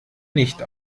nicht